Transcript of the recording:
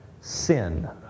Sin